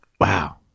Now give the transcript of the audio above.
Wow